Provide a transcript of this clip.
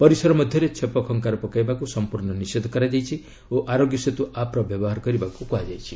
ପରିସର ମଧ୍ୟରେ ଛେପ ଖଙ୍କାର ପକାଇବାକୁ ସଂପୂର୍ଣ୍ଣ ନିଷେଧ କରାଯାଇଛି ଓ ଆରୋଗ୍ୟ ସେତୁ ଆପ୍ର ବ୍ୟବହାର କରିବାକୁ କୁହାଯାଇଛି